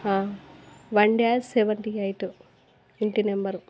one dash seventy eight ఇంటి number